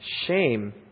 shame